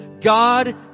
God